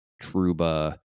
Truba